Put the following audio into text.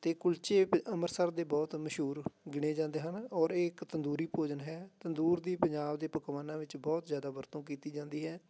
ਅਤੇ ਕੁਲਚੇ ਅੰਮ੍ਰਿਤਸਰ ਦੇ ਬਹੁਤ ਮਸ਼ਹੂਰ ਗਿਣੇ ਜਾਂਦੇ ਹਨ ਔਰ ਇਹ ਇੱਕ ਤੰਦੂਰੀ ਭੋਜਨ ਹੈ ਤੰਦੂਰ ਦੀ ਪੰਜਾਬ ਦੇ ਪਕਵਾਨਾਂ ਵਿੱਚ ਬਹੁਤ ਜ਼ਿਆਦਾ ਵਰਤੋਂ ਕੀਤੀ ਜਾਂਦੀ ਹੈ